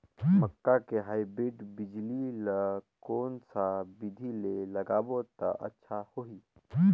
मक्का के हाईब्रिड बिजली ल कोन सा बिधी ले लगाबो त अच्छा होहि?